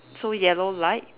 so yellow light